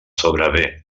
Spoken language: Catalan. sobre